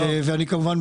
בסדר, אני בעד.